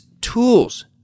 tools